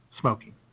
smoking